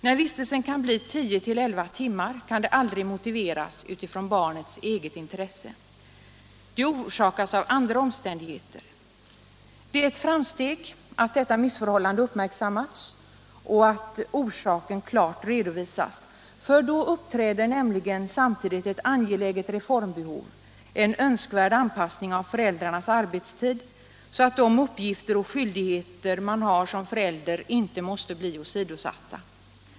När vistelsen blir 10-11 timmar lång kan detta aldrig motiveras utifrån barnets eget intresse; det orsakas av andra omständigheter. Det är ett framsteg att detta missförhållande uppmärksammats och att orsaken klart redovisas. Då uppträder nämligen samtidigt ett angeläget reformbehov: en önskvärd anpassning av föräldrarnas arbetstid så att de uppgifter och skyldigheter man har som förälder inte behöver bli åsidosatta.